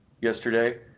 yesterday